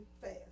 fast